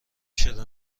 شده